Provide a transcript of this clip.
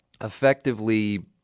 effectively